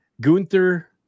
Gunther